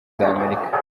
z’amerika